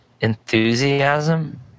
enthusiasm